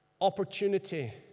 opportunity